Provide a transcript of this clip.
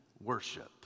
worship